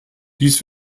dies